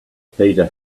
peter